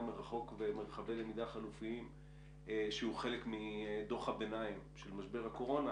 מרחוק ומרחבי למידה חלופיים שהוא חלק מדו"ח הביניים של משבר הקורונה,